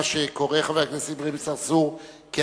מה שקורא חבר הכנסת אברהים צרצור "הפרטה",